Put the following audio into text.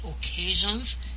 occasions